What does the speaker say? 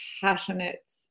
passionate